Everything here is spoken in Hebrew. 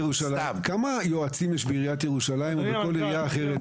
כמה יועצים יש בעיריית ירושלים או בכל עירייה אחרת?